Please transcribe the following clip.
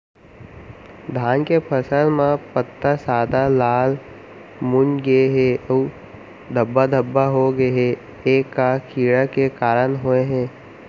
धान के फसल म पत्ता सादा, लाल, मुड़ गे हे अऊ धब्बा धब्बा होगे हे, ए का कीड़ा के कारण होय हे?